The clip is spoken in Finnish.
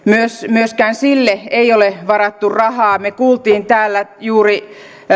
myöskään sille ei ole varattu rahaa me kuulimme täällä juuri